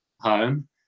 home